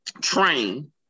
train